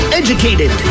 educated